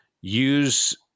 use